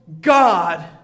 God